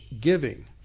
giving